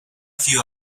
few